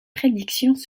prédictions